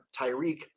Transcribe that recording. Tyreek